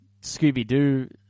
Scooby-Doo